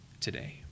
today